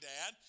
Dad